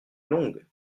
longue